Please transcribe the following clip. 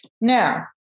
Now